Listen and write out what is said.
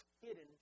hidden